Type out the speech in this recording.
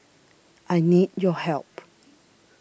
I need your help